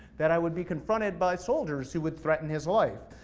that i would be confronted by soldiers, who would threaten his life.